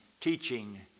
teaching